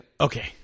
Okay